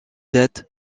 date